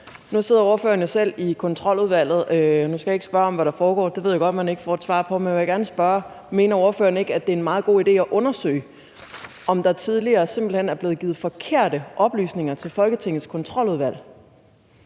Nu sidder ordføreren jo selv i Kontroludvalget, og nu skal jeg ikke spørge om, hvad der foregår, for det ved jeg godt man ikke får et svar på, men jeg vil gerne spørge: Mener ordføreren ikke, at det er en meget god idé at undersøge, om der tidligere simpelt hen er blevet givet forkerte oplysninger til Folketingets Kontroludvalg?